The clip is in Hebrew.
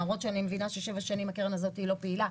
למרות שאני מבינה ששבע שנים הקרן הזאת היא לא פעילה.